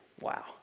wow